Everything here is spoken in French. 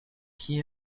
qui